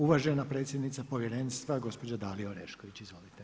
Uvažena predsjednica Povjerenstva gospođa Dalija Orešković, izvolite.